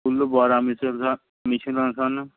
ਕੁੱਲ ਬਾਰਾਂ ਮਿਸਲਾ ਮਿਸਲਾਂ ਸਨ